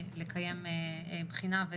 לקיים בחינה לגבי החוזר מנכ"ל,